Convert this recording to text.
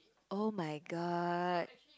oh-my-God